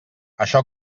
això